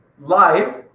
live